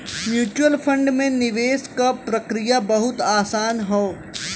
mutual fund में निवेश क प्रक्रिया बहुत आसान हौ